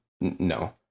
no